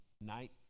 night